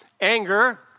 Anger